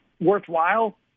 worthwhile